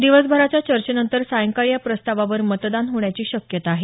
दिवसभराच्या चर्चेनंतर सायंकाळी या प्रस्तावावर मतदान होण्याची शक्यता आहे